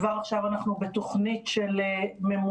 כבר עכשיו אנחנו בתוכנית של ממונות